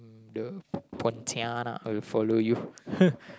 the pontianak will follow you